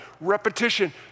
Repetition